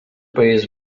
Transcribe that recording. país